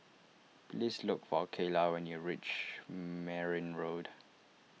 please look for Kaylah when you reach Merryn Road